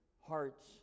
hearts